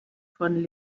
von